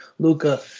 Luca